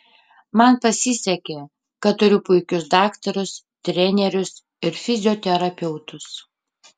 man pasisekė kad turiu puikius daktarus trenerius ir fizioterapeutus